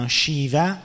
Shiva